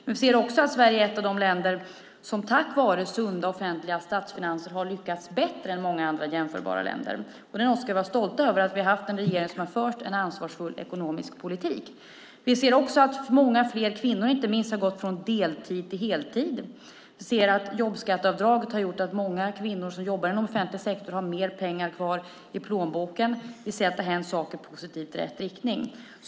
Men vi ser också att Sverige är ett av de länder som tack vare sunda offentliga statsfinanser har lyckats bättre än många andra jämförbara länder. Vi ska vara stolta över att vi har en regering som har fört en ansvarsfull ekonomisk politik. Vi ser också att många fler, inte minst kvinnor, har gått från deltid till heltid. Vi ser att jobbskatteavdraget har gjort att många kvinnor som jobbar inom den offentliga sektorn har mer pengar kvar i plånboken. Vi ser att det har hänt saker i positiv och rätt riktning.